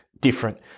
different